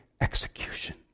execution